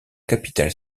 capitale